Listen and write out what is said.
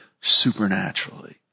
supernaturally